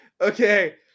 Okay